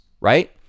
Right